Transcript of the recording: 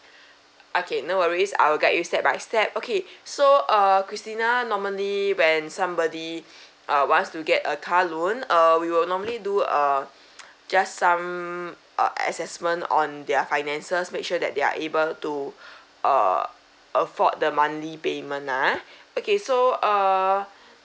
okay no worries I'll guide you step by step okay so err christina normally when somebody uh wants to get a car loan uh we will normally do a just some err assessment on their finances make sure that they are able to err afford the money payment ah okay so err